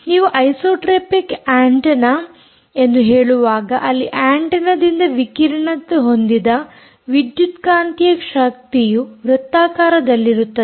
ನೀವು isotropic antenna ಎಂದು ಹೇಳುವಾಗ ಅಲ್ಲಿ ಆಂಟೆನ್ನದಿಂದ ವಿಕಿರಣ ಹೊಂದಿದ ವಿದ್ಯುತ್ ಕಾಂತೀಯ ಶಕ್ತಿಯು ವೃತ್ತಾಕಾರದಲ್ಲಿರುತ್ತದೆ